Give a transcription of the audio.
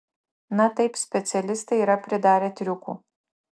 na taip specialistai yra pridarę triukų